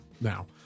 now